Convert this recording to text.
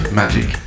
magic